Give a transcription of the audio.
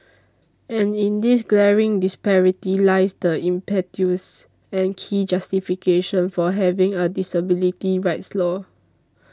and in this glaring disparity lies the impetus and key justification for having a disability rights law